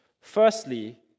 Firstly